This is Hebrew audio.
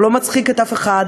לא מצחיק את אף אחד,